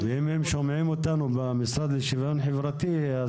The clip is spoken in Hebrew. --- אם שומעים אותנו במשרד לשוויון חברתי,